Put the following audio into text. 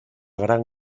gran